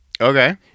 Okay